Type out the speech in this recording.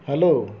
hello